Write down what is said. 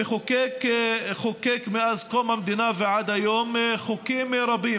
המחוקק חוקק מאז קום המדינה ועד היום חוקים רבים